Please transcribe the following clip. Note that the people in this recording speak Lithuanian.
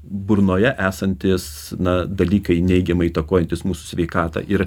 burnoje esantys na dalykai neigiamai įtakojantys mūsų sveikatą ir